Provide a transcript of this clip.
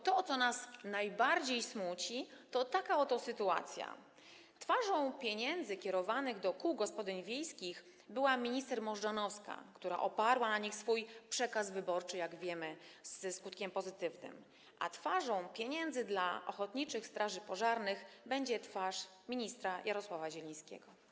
Natomiast najbardziej nas smuci, taka oto sytuacja: twarzą pieniędzy kierowanych do kół gospodyń wiejskich była minister Możdżanowska, która oparła na nich swój przekaz wyborczy, jak wiemy z pozytywnym skutkiem, a twarzą pieniędzy dla ochotniczych straży pożarnych będzie minister Jarosław Zieliński.